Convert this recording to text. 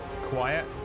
quiet